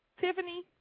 Tiffany